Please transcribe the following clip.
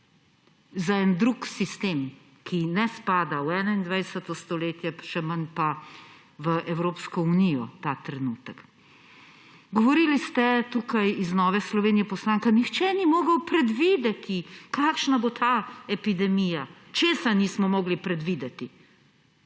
za en drug sistem, ki ne spada v 21. stoletje, še manj pa v Evropsko unijo ta trenutek. Govorili ste tukaj, poslanka iz Nove Slovenije, da nihče ni mogel predvideti, kakšna bo ta epidemija. Česa nismo mogli predvideti?